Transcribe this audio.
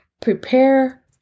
prepare